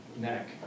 neck